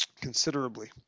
considerably